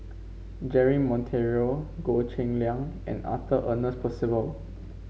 Jeremy Monteiro Goh Cheng Liang and Arthur Ernest Percival